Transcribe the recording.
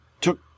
took